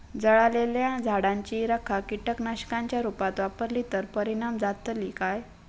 जळालेल्या झाडाची रखा कीटकनाशकांच्या रुपात वापरली तर परिणाम जातली काय?